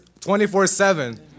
24-7